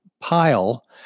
pile